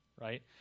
right